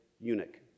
eunuch